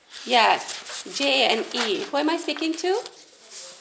ya J A N E who am I speaking to